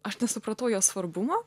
aš nesupratau jo svarbumo